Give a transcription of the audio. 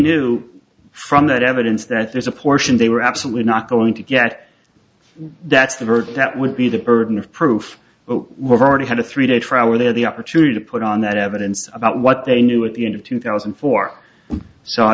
knew from that evidence that there's a portion they were absolutely not going to get that's the verdict that would be the burden of proof but we've already had a three day trial where they had the opportunity to put on that evidence about what they knew at the end of two thousand and four so i